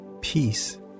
peace